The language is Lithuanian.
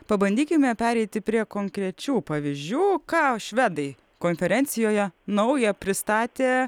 pabandykime pereiti prie konkrečių pavyzdžių ką švedai konferencijoje naują pristatė